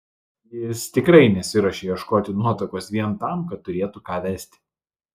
jis tikrai nesiruošė ieškoti nuotakos vien tam kad turėtų ką vesti